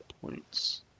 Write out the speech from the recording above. points